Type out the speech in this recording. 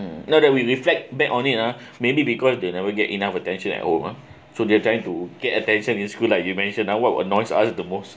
mm now that we reflect back on it uh maybe because they never get enough attention at home so they're trying to get attention in school like you mention like what annoys us the most